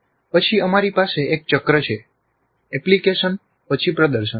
પછી અમારી પાસે એક ચક્ર છે એપ્લિકેશન પછી પ્રદર્શન